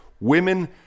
women